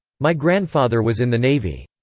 my grandfather was in the navy.